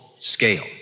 Scale